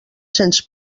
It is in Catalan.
sens